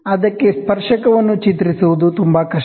ಅದಕ್ಕೆ ಟ್ಯಾಂಜೆಂಟ್ ನ್ನು ಚಿತ್ರಿಸುವುದು ತುಂಬಾ ಕಷ್ಟ